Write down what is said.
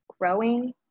growing